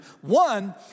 One